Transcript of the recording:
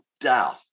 doubt